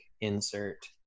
insert